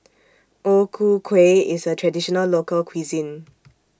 O Ku Kueh IS A Traditional Local Cuisine